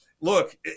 Look